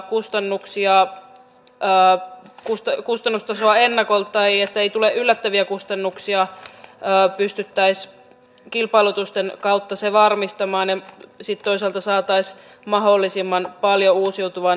tai pystyttäisiin kilpailutusten kautta varmistamaan ettei tule yllättäviä kustannuksia ja pystyttäessä kilpailutusten kautta se varmistamaan en sitten toisaalta saataisiin mahdollisimman paljon uusiutuvan energian tukea